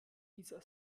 dieser